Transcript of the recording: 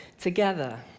together